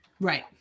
Right